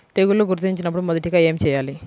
తెగుళ్లు గుర్తించినపుడు మొదటిగా ఏమి చేయాలి?